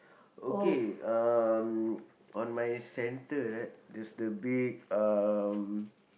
okay um on my center right there's the big um